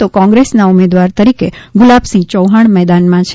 તો કોંગ્રેસના ઉમેદવાર તરીકે ગુલાબસિંહ ચૌહાણ મેદાનમાં છે